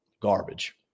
garbage